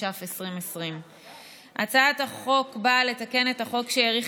התש"ף 2020. הצעת החוק באה לתקן את החוק שהאריך